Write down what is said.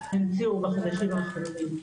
שהמציאו בחודשים האחרונים.